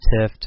Tift